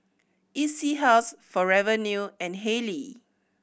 E C House Forever New and Haylee